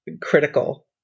critical